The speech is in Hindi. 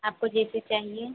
आपको जैसे चाहिए